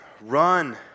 Run